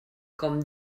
com